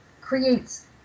creates